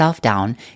down